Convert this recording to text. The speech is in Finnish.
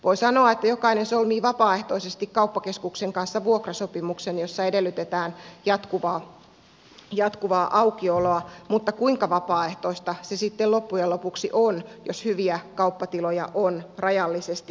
voi sanoa että jokainen solmii vapaaehtoisesti kauppakeskuksen kanssa vuokrasopimuksen jossa edellytetään jatkuvaa aukioloa mutta kuinka vapaaehtoista se sitten loppujen lopuksi on jos hyviä kauppatiloja on rajallisesti tarjolla